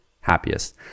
happiest